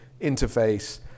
interface